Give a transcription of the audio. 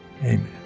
Amen